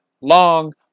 long